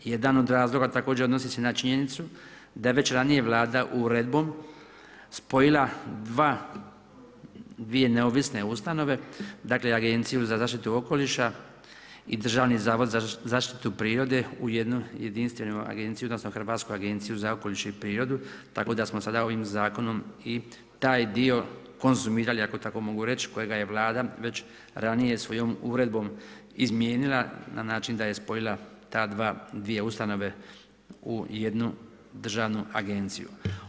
Jedan od razloga također odnosi se na činjenicu da je već ranije Vlada uredbom spojila dvije neovisne ustanove, Agenciju za zaštitu okoliša i Državni zavod za zaštitu prirode u jednu jedinstvenu agenciju odnosno Hrvatsku agenciju za okoliš i prirodu tako da smo sada ovim zakonom i taj dio konzumirali ako tako mogu reć kojega je Vlada već ranije svojom uredbom izmijenila na način da je spojila te dvije ustanove u jednu državnu agenciju.